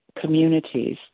communities